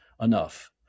enough